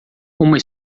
uma